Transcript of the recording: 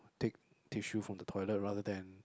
take tissue from the toilet rather than